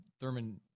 Thurman